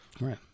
Right